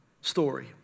story